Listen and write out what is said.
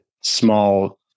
small